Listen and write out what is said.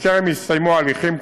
וטרם הסתיימו ההליכים כאמור,